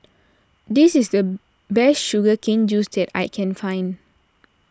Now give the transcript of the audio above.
this is the best Sugar Cane Juice that I can find